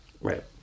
Right